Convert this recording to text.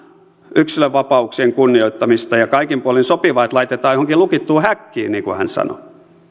yksilönvapauksien kunnioittamista ja kaikin puolin sopivaa että laitetaan johonkin lukittuun häkkiin niin kuin hän sanoi